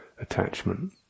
attachment